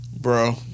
Bro